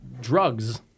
Drugs